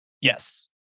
Yes